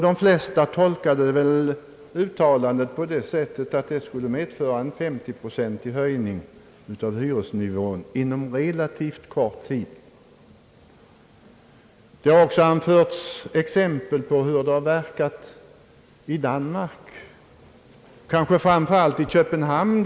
De flesta tolkade väl uttalandet så, att en avveckling skulle medföra en 50-procentig höjning av hyresnivån inom en relativt kort tid. Det har också anförts exempel på hur verkningarna blivit i Danmark, kanske framför allt i Köpenhamn.